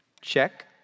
check